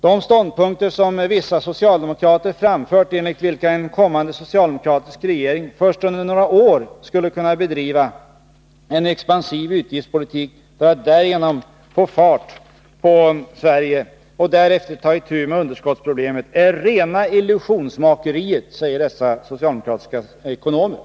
De ståndpunkter som vissa socialdemokrater framfört, enligt vilka en kommande socialdemokratisk regering först under några år skulle kunna bedriva en expansiv utgiftspolitik för att därigenom ”få fart” på Sverige och därefter ta itu med underskottsproblemen, är rena illusionsmakeriet”. Så säger alltså dessa socialdemokratiska ekonomer.